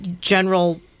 general